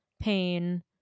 pain